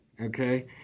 Okay